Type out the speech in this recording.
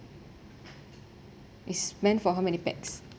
it's meant for how many pax